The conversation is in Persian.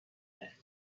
اختیار